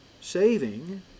saving